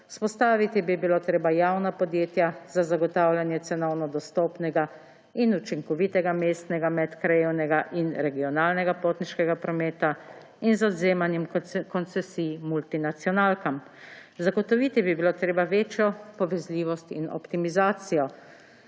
Vzpostaviti bi bilo treba javna podjetja za zagotavljanje cenovno dostopnega in učinkovitega mestnega, medkrajevnega in regionalnega potniškega prometa in z odvzemanjem koncesij multinacionalkam. Zagotoviti bi bilo treba večjo povezljivost in optimizacijo